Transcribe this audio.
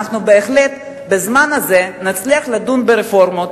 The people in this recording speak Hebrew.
אנחנו באמת בזמן הזה נצליח לדון ברפורמות,